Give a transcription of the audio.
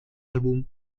álbum